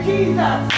Jesus